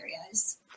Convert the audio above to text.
areas